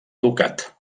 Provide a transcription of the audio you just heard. ducat